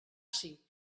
ací